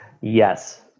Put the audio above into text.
Yes